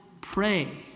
pray